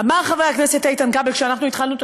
אמר חבר הכנסת איתן כבל כשאנחנו התחלנו את